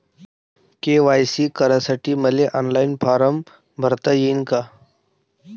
KYC करासाठी मले online form भरता येईन का?